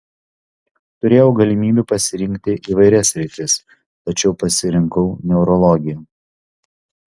turėjau galimybių pasirinkti įvairias sritis tačiau pasirinkau neurologiją